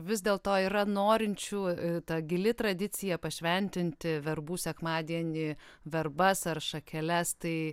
vis dėl to yra norinčių ta gili tradicija pašventinti verbų sekmadienį verbas ar šakeles tai